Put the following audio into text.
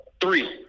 Three